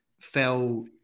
fell